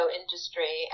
industry